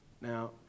Now